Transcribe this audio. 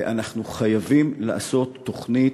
ואנחנו חייבים לעשות תוכנית,